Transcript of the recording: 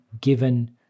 given